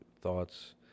thoughts